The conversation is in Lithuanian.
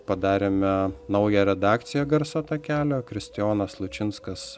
padarėme naują redakciją garso takelio kristijonas lučinskas